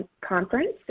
conference